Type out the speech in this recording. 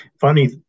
Funny